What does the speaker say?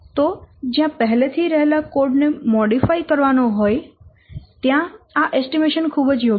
તો જયાં પહેલે થી રહેલા કોડ ને મોડીફાય કરવાનો હોય ત્યાં આ એસ્ટીમેશન ખૂબ જ યોગ્ય છે